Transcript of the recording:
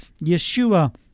Yeshua